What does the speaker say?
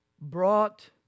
brought